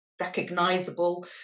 recognizable